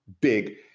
big